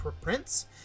prince